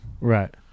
right